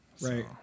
Right